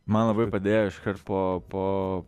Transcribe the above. man labai padėjo iškart po po